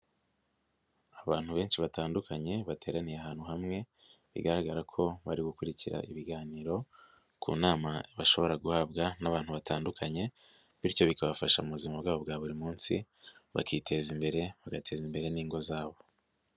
Abantu benshi batandukanye bateraniye ahantu hamwe bigaragara ko bari gukurikira ibiganiro ku nama bashobora guhabwa n'abantu batandukanye bityo bikabafasha mu buzima bwabo bwa buri munsi bakiteza imbere bagateza imbere n'ingo zabo.